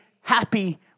happy